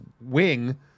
wing